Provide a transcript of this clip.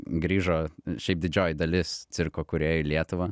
grįžo šiaip didžioji dalis cirko kūrėjų į lietuvą